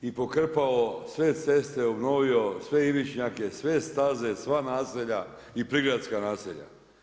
I pokrpao sve ceste, obnovio sve ivičnjake, sve staze, sva naselja i prigradska naselja.